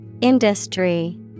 Industry